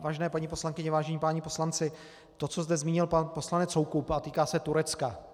Vážené paní poslankyně, vážení páni poslanci, to, co zde zmínil pan poslanec Soukup a týká se Turecka.